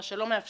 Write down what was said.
מה שלא מאפשר